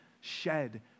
shed